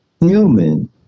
human